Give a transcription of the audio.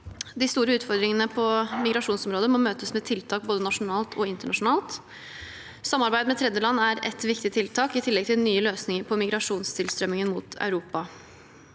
De store utfordringene på migrasjonsområdet må møtes med tiltak både nasjonalt og internasjonalt. Samarbeid med tredjeland er ett viktig tiltak, i tillegg til nye løsninger på migrasjonstilstrømmingen mot Europa.